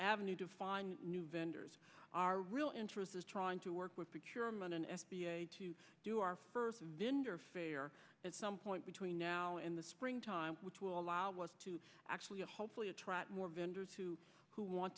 avenue to find new vendors are real interest is trying to work with secure money an s b a to do our first vendor failure at some point between now and the spring time which will allow us to actually hopefully attract more vendors who who want